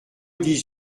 dix